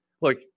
Look